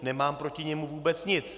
Nemám proti němu vůbec nic.